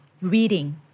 Reading